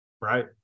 Right